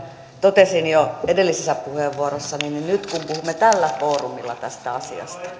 totesin jo edellisessä puheenvuorossani niin nyt kun puhumme tällä foorumilla tästä asiasta